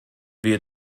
wir